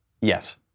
Yes